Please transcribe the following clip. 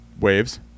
waves